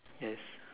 yes